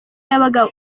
yabaga